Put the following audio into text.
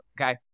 okay